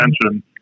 attention